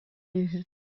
үһү